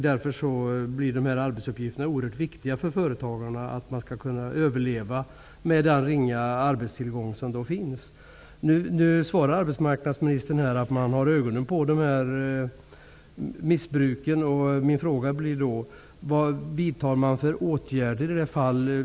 Därför blir dessa arbetsuppgifter oerhört viktiga för företagarna för att de skall kunna överleva med den ringa arbetstillgång som finns. Nu svarar arbetsmarknadsministern här att man har ögonen på missbruket.